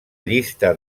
llista